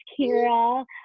Kira